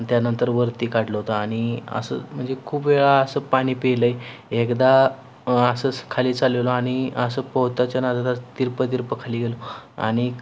त्यानंतर वरती काढलं होतं आणि असं म्हणजे खूप वेळा असं पाळी पिलं आहे एकदा असंच खाली चाललेलो आणि असं पोहताच्या नादात तिरपं तिरपं खाली गेलो आणि